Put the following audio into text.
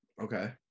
Okay